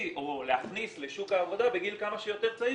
או להכניס לשוק העבודה בגיל כמה שיותר צעיר.